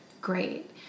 great